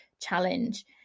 challenge